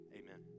amen